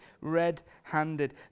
red-handed